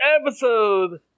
Episode